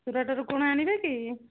ସୁରାଟରୁ କ'ଣ ଆଣିବେ କି